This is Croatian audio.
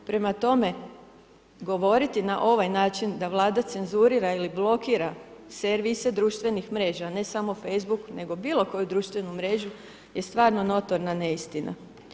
Prema tome, govoriti na ovaj način da Vlada cenzurira ili blokira servise društvenih mreža ne samo Facebook nego bilo koju društvenu mrežu je stvarno notorna neistina.